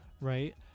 right